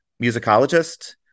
musicologist